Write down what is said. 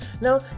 Now